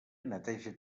neteja